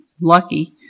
lucky